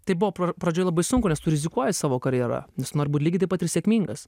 tai buvo pradžioj labai sunku nes tu rizikuoji savo karjera nes nori būt lygiai taip pat ir sėkmingas